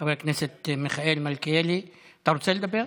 חבר הכנסת מיכאל מלכיאלי, אתה רוצה לדבר?